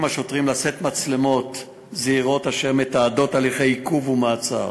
השוטרים לשאת מצלמות זעירות אשר מתעדות הליכי עיכוב ומעצר: